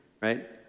right